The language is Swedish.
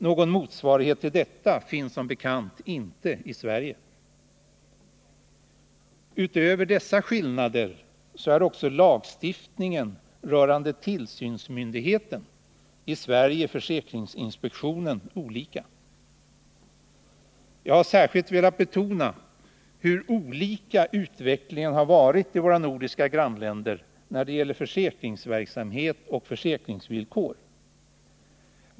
Någon motsvarighet till detta finns som bekant inte i Sverige. Utöver dessa skillnader finns det också olikheter i lagstiftningen rörande tillsynsmyndigheten, i Sverige försäkringsinspektionen. Jag har här särskilt velat betona hur utvecklingen i våra nordiska länder skiljer sig åt när det gäller försäkringsverksamhet och försäkringsvillkor.